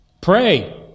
Pray